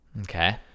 Okay